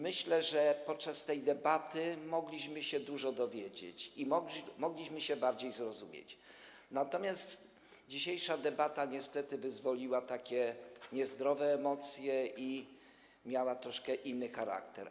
Myślę, że podczas tej debaty mogliśmy się dużo dowiedzieć i mogliśmy się lepiej zrozumieć, natomiast dzisiejsza debata niestety wyzwoliła takie niezdrowe emocje i miała troszkę inny charakter.